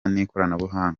n’ikoranabuhanga